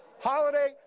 holiday